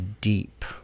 deep